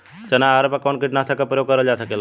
चना अरहर पर कवन कीटनाशक क प्रयोग कर जा सकेला?